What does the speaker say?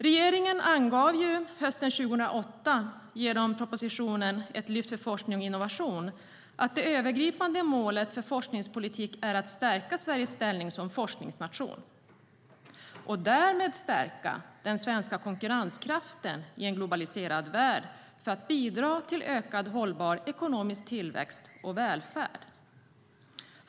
Regeringen angav hösten 2008 genom propositionen Ett lyft för forskning och innovation att det övergripande målet för forskningspolitik är att stärka Sveriges ställning som forskningsnation och därmed stärka den svenska konkurrenskraften i en globaliserad värld för att bidra till ökad hållbar ekonomisk tillväxt och välfärd.